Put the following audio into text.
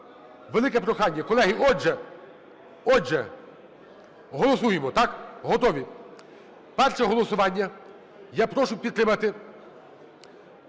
Велике прохання. Колеги, отже, отже, голосуємо, так, готові? Перше голосування. Я прошу підтримати